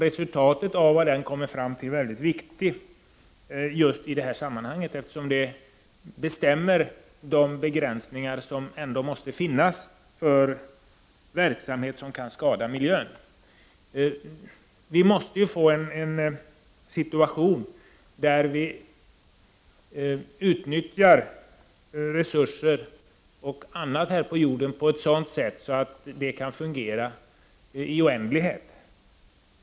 Resultatet av en sådan utredning är viktigt i detta sammanhang, eftersom det styr de begränsningar som är nödvändiga för verksamhet som kan skada miljön. Vi måste utnyttja resurser på ett sådant sätt att jorden kan fungera i oändlighet.